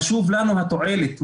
חשובה לנו התועלת.